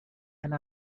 and